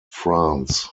france